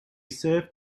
serve